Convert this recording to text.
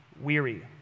weary